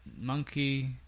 monkey